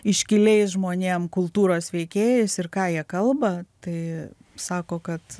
iškiliais žmonėm kultūros veikėjais ir ką jie kalba tai sako kad